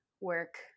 work